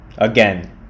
Again